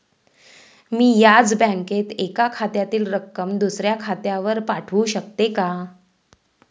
मी याच बँकेत एका खात्यातील रक्कम दुसऱ्या खात्यावर पाठवू शकते का?